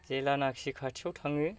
जेलानाखि खाथियाव थाङो